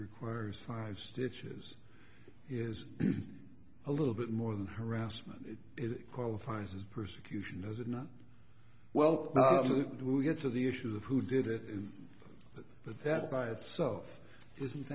requires fives issues is a little bit more than harassment it qualifies as persecution is it not well we get to the issue of who did it but that by itself isn't